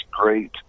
great